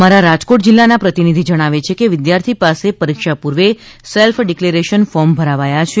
અમારા રાજકોટના પ્રતિનિધિ જણાવે છે કે વિદ્યાર્થી પાસે પરીક્ષા પૂર્વે સેલ્ફ ડિક્લેરેશન ફોર્મ ભરાવાયા છે